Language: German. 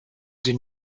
sie